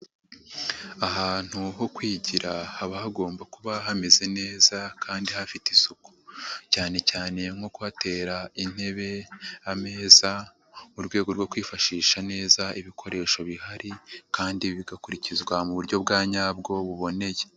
Ahantu ho kwigira haba hagomba kuba hameze neza kandi hafite isuku cyane cyane nko kuhatera intebe, ameza mu rwego rwo kwifashisha neza ibikoresho bihari kandi bigakurikizwa mu buryo bwa nyabwo buboneye.